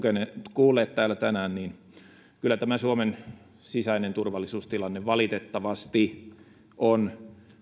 kuulleet täällä tänään kyllä tämä suomen sisäinen turvallisuustilanne valitettavasti on